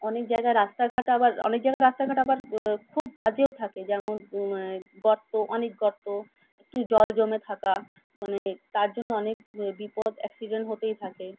অনেক জায়গায় রাস্তাঘাট আবার অনেক জায়গায় রাস্তাঘাট আবার খুব বাজেও থাকে যেমন গর্ত অনেক গর্ত একটু জল জমে থাকা মানে তার জন্য অনেক বিপদ অ্যাক্সিডেন্ট হতেই থাকে